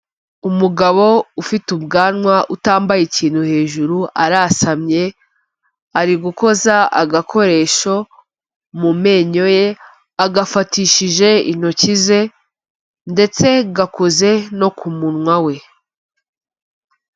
Umugabo ufite ubwanwa utambaye ikintu hejuru arasamye, ari gukoza agakoresho mu menyo ye, agafatishije intoki ze, ndetse gakoze no ku munwa we.